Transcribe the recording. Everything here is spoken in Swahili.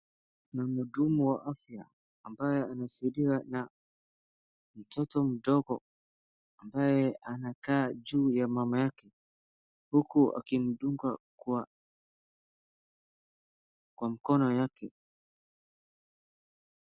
Kuna mhudumu wa afya ambaye anasaidiwa na mtoto mdogo ambaye anakaa juu ya mama yake huku akimdunga kwa mkono yake.